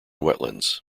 wetlands